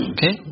Okay